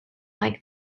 like